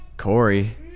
Corey